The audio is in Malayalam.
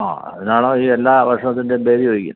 അ അതിനാണോ ഈ എല്ലാ ഭക്ഷണത്തിൻ്റേയും പേര് ചോദിക്കുന്നത്